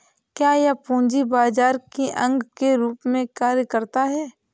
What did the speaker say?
क्या यह पूंजी बाजार के अंग के रूप में कार्य करता है?